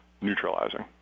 neutralizing